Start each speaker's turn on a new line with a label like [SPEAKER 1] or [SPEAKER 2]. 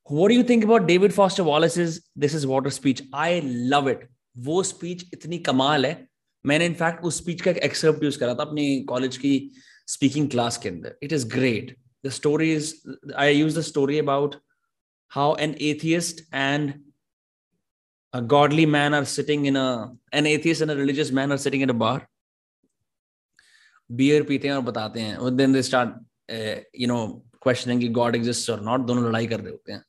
[SPEAKER 1] What do you think about David Foster Wallace's This Is Water speech? I love it. वो speech इतनी कमाल है। मैंने, in fact, उस speech का एक excerpt use करा था अपनी college की speaking class के अंदर। It is great. The story is- I use the story about how an atheist and a godly man are sitting in a- an atheist and a religious man are sitting at a bar. Beer पीते हैं और बताते हैं। Then they start, uh, you know, questioning कि God exists or not. दोनों लड़ाई कर रहे होते हैं।